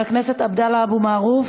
חבר הכנסת עבדאללה אבו מערוף,